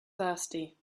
thirsty